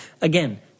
Again